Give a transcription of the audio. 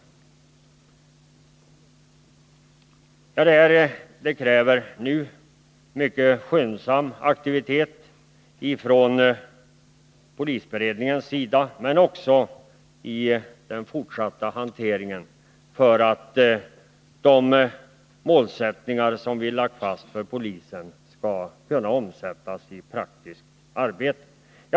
Det krävs nu en mycket skyndsam aktivitet från polisberedningens sida och i den fortsatta hanteringen för att de målsättningar som vi lagt fast för polisen skall kunna omsättas i praktiskt arbete.